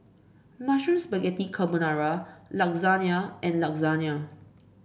Mushroom Spaghetti Carbonara Lasagne and Lasagne